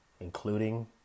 including